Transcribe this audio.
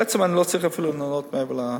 בעצם אני לא צריך אפילו לענות מעבר.